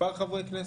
מספר חברי כנסת.